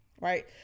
Right